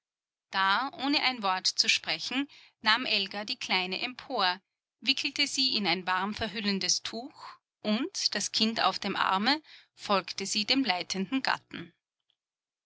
da ohne ein wort zu sprechen nahm elga die kleine empor wickelte sie in ein warmverhüllendes tuch und das kind auf dem arme folgte sie dem leitenden gatten